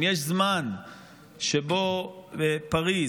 אם יש זמן שבו בפריז,